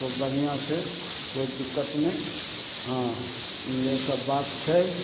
खूब बढ़िआँसँ कोइ दिक्कत नहि हँ इएहे सब बात छै